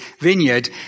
vineyard